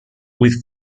with